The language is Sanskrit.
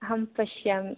अहं पश्यामि